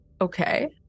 Okay